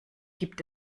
gibt